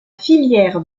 filière